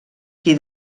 qui